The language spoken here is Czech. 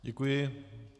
Děkuji.